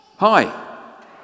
Hi